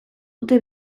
dute